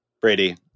Brady